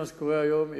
מה שקורה היום,